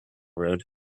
road